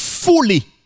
Fully